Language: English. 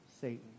Satan